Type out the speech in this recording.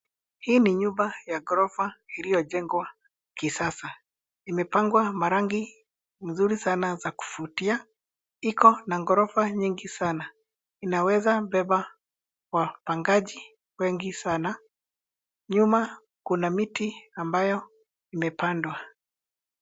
Hii ni nyumba ya ghorofa iliyojengwa kisasa. Imepangwa marangi mzuri sana za kuvutia. Iko na ghorofa nyingi sana. Inaweza beba wapangaji wengi sana. Nyuma kuna miti ambayo imepandwa.